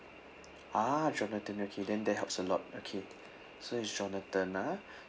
ah jonathan okay then that helps a lot okay so it's jonathan ah